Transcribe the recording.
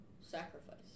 Sacrifice